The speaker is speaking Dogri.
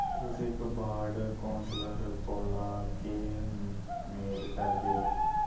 तुस इक वार्ड काउंसलर कोला केह् मेद करदे ओ